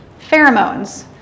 Pheromones